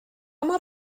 mor